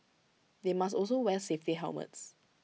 they must also wear safety helmets